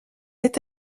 est